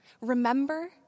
Remember